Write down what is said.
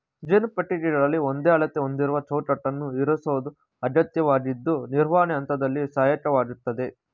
ಜೇನು ಪೆಟ್ಟಿಗೆಗಳಲ್ಲಿ ಒಂದೇ ಅಳತೆ ಹೊಂದಿರುವ ಚೌಕಟ್ಟನ್ನು ಇರಿಸೋದು ಅಗತ್ಯವಾಗಿದ್ದು ನಿರ್ವಹಣೆ ಹಂತದಲ್ಲಿ ಸಹಾಯಕವಾಗಯ್ತೆ